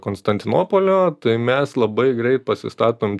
konstantinopolio tai mes labai greit pasistatom